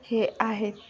हे आहेत